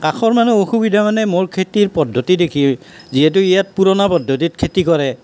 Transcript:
কাষৰ মানুহে অসুবিধা মানে মোৰ খেতিৰ পদ্ধতি দেখি যিহেটো ইয়াত পুৰণা পদ্ধতিত খেতি কৰে